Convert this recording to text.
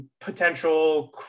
potential